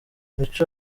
mico